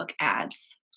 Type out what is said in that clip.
ads